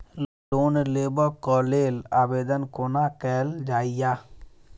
Loan लेबऽ कऽ लेल आवेदन कोना कैल जाइया?